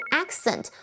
accent